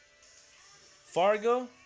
Fargo